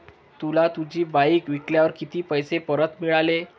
तुला तुझी बाईक विकल्यावर किती पैसे परत मिळाले?